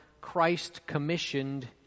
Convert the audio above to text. Christ-commissioned